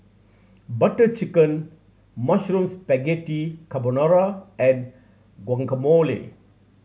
Butter Chicken Mushroom Spaghetti Carbonara and Guacamole